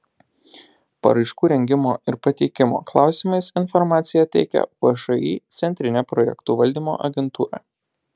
paraiškų rengimo ir pateikimo klausimais informaciją teikia všį centrinė projektų valdymo agentūra